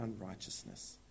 unrighteousness